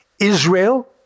Israel